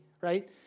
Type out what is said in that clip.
Right